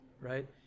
right